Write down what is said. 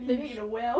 maybe